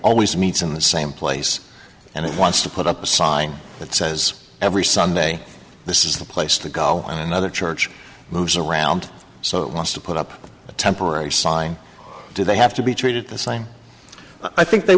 always meets in the same place and it wants to put up a sign that says every sunday this is the place to go another church moves around so wants to put up a temporary sign do they have to be treated the same i think they